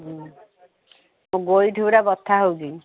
ହୁଁ ମୋ ଗୋଇଠି ଗୁରା ବଥା ହେଉଛି